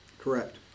correct